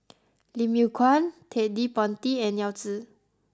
Lim Yew Kuan Ted De Ponti and Yao Zi